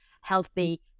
healthy